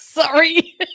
Sorry